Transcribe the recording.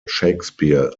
shakespeare